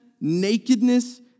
Nakedness